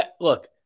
look